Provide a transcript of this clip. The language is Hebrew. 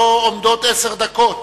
ולו עומדות עשר דקות.